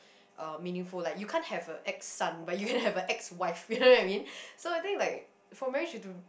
uh meaningful like you can't have a ex son but you can have a ex wife you know what I mean so I think like for marriage you've to